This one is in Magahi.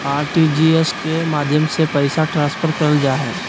आर.टी.जी.एस के माध्यम से पैसा ट्रांसफर करल जा हय